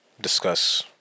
discuss